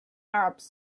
arabs